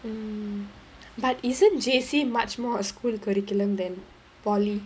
mm but isn't J_C much more a school curriculum than poly